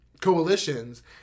coalitions